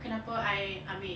kenapa I ambil